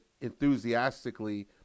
enthusiastically